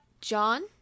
John